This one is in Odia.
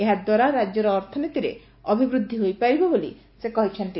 ଏହା ଦ୍ୱାରା ରାଜ୍ୟର ଅର୍ଥନୀତିରେ ଅଭିବୃଦ୍ଧି ହୋଇପାରିବ ବୋଲି ସେ କହିଛନ୍ତି